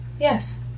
Yes